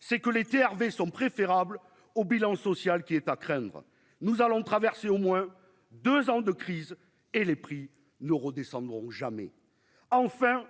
c'est que l'été Hervé sont préférables au bilan social qui est à craindre, nous allons traverser au moins 2 ans de crise et les prix, nous redescendrons jamais ah enfin